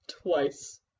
Twice